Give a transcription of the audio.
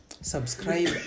subscribe